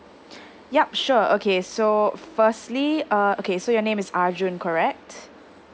yup sure okay so firstly uh okay so your name is arjun correct